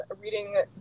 reading